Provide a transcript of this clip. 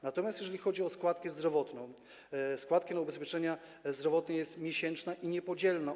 Natomiast jeżeli chodzi o składkę zdrowotną, składka na ubezpieczenie zdrowotne jest miesięczna i niepodzielna.